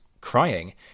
crying